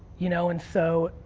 you know and so,